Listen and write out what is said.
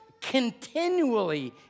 continually